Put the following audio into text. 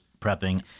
prepping